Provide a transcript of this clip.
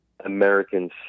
Americans